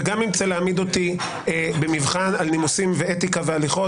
וגם אם תרצה להעמיד אותי במבחן על נימוסים ואתיקה והליכות